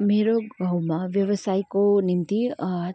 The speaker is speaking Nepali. मेरो गाउँमा व्यवसायको निम्ति